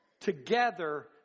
together